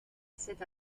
cette